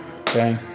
Okay